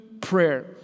prayer